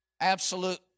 absolute